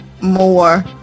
More